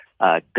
Go